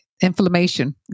inflammation